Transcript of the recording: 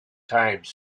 times